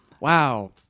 Wow